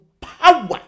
power